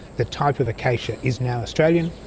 the type of acacia is now australian,